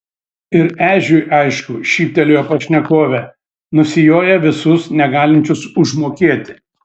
ir ežiui aišku šyptelėjo pašnekovė nusijoja visus negalinčius užmokėti